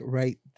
right